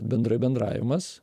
bendr bendravimas